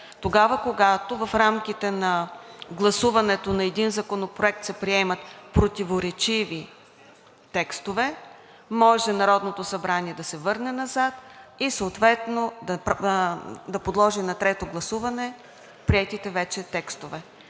тогава, когато в рамките на гласуването на един Законопроект се приемат противоречиви текстове, може Народното събрание да се върне назад и съответно да подложи на трето гласуване приетите вече текстове.